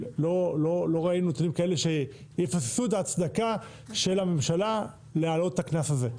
לא ראינו נתונים כאלה שיבססו את ההצדקה של הממשלה להעלות את הקנס הזה.